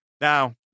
Now